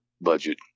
budget